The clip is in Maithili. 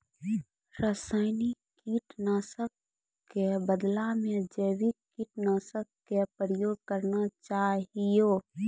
रासायनिक कीट नाशक कॅ बदला मॅ जैविक कीटनाशक कॅ प्रयोग करना चाहियो